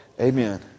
Amen